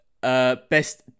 best